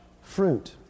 fruit